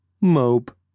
mope